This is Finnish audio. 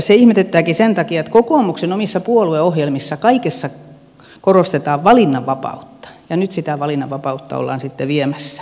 se ihmetyttääkin sen takia että kokoomuksen omissa puolueohjelmissa kaikessa korostetaan valinnanvapautta ja nyt sitä valinnanvapautta ollaan sitten viemässä